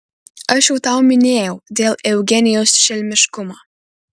aš jau tau minėjau dėl eugenijaus šelmiškumo